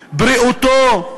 בריאותו,